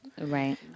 Right